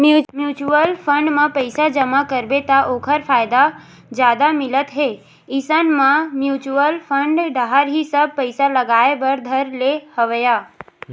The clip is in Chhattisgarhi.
म्युचुअल फंड म पइसा जमा करबे त ओखर फायदा जादा मिलत हे इसन म म्युचुअल फंड डाहर ही सब पइसा लगाय बर धर ले हवया